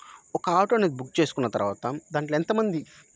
ఒక ఆటో అనేది బుక్ చేసుకున్న తర్వాత దాంట్లో ఎంతమంది